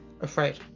Afraid